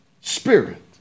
spirit